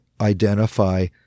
identify